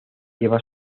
lleva